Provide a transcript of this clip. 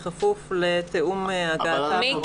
בכפוף לתיאום הגעתה מראש.